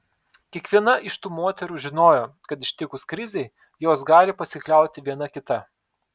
kiekviena iš tų moterų žinojo kad ištikus krizei jos gali pasikliauti viena kita